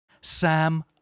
Sam